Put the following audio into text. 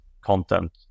content